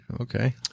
Okay